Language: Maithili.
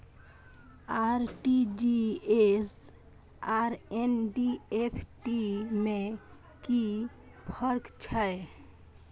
आर.टी.जी एस आर एन.ई.एफ.टी में कि फर्क छै?